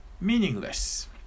meaningless